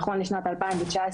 נכון לשנת 2019,